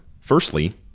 firstly